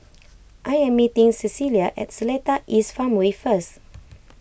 I am meeting Cecilia at Seletar East Farmway first